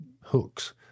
hooks